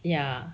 ya